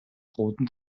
roten